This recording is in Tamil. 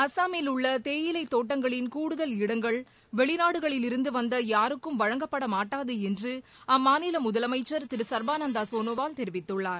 அஸ்ஸாமில் உள்ள தேயிலைத்தோட்டங்களின் கூடுதல் இடங்கள் வெளிநாடுகளிலிருந்து வந்த யாருக்கும் வழங்கப்பட மாட்டாது என்று அம்மாநில முதலமைச்சர் திரு சர்பானந்தா சோனோவால் தெரிவித்துள்ளார்